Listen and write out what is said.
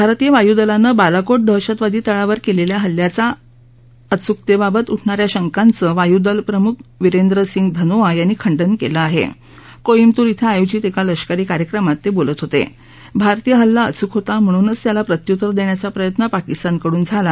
भारतीय वायूदलांन बालाकोट दहशतवादी तळांवर कलिखा हल्ल्याच्या अचूकतद्वीबत उठणा या शंकांचं वायूदल प्रमुख बिरेंदर सिंह धनोआ यांनी खंडन कलि आहा क्रोडिंबतूर यध्याओजित एका लष्करी कार्यक्रमात त बिलत होता भारतीय हल्ला असून होता म्हणूनच त्याला प्रत्युतर दर्शिचा प्रयत्न पाकिस्तानकडून झाला